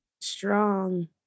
Strong